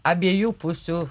abiejų pusių